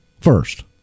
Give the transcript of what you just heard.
first